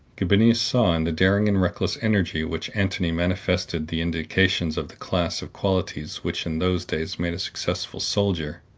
gabinius saw in the daring and reckless energy which antony manifested the indications of the class of qualities which in those days made a successful soldier,